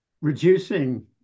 reducing